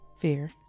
Fear